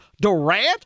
Durant